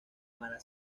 mala